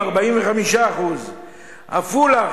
45%; עפולה,